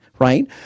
Right